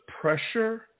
pressure